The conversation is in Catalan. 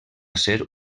ser